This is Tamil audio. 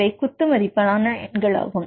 இவை குத்துமதிப்பான எண்களாகும்